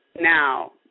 now